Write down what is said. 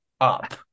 up